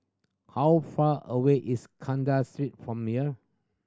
how far away is Kandahar Street from here